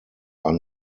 are